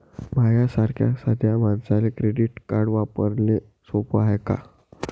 माह्या सारख्या साध्या मानसाले क्रेडिट कार्ड वापरने सोपं हाय का?